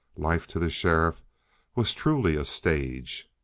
life to the sheriff was truly a stage.